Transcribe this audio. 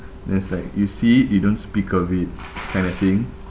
that's like you see you don't speak of it kind of thing